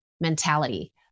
mentality